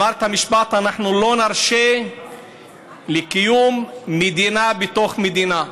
אמר את המשפט: אנחנו לא נרשה קיום מדינה בתוך מדינה.